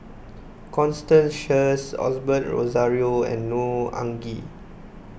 Constance Sheares Osbert Rozario and Neo Anngee